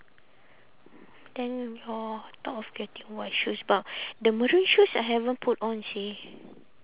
then uh thought of getting white shoes but the maroon shoes I haven't put on seh